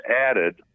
added